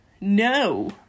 No